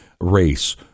race